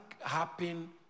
happen